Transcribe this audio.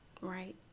right